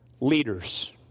leaders